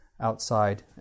outside